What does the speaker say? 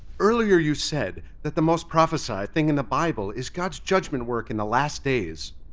earlier you said that the most prophesied thing in the bible is god's judgment work in the last days.